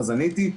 אז עניתי.